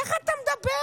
איך אתה מדבר?